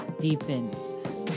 deepens